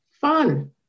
fun